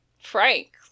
Frank